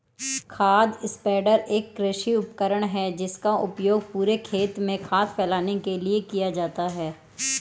खाद स्प्रेडर एक कृषि उपकरण है जिसका उपयोग पूरे खेत में खाद फैलाने के लिए किया जाता है